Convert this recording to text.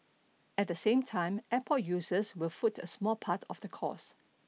at the same time airport users will foot a small part of the cost